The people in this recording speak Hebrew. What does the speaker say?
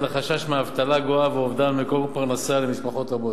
לחשש מאבטלה גואה ואובדן מקור פרנסה למשפחות רבות.